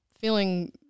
feeling